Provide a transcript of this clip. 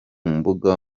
mbuga